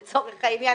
לצורך העניין,